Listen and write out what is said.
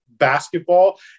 basketball